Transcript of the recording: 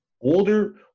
older